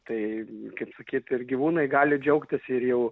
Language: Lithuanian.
tai kaip sakyt ir gyvūnai gali džiaugtis ir jau